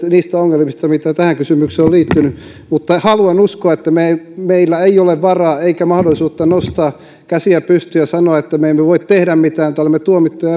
niistä ongelmista joita tähän kysymykseen on liittynyt mutta haluan uskoa että meillä ei ole varaa eikä mahdollisuutta nostaa käsiä pystyyn ja sanoa että me emme voi tehdä mitään että olemme tuomittuja